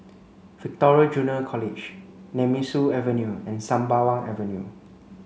Victoria Junior College Nemesu Avenue and Sembawang Avenue